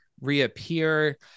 reappear